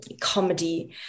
comedy